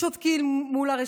שותקים מול חוקי גזענות,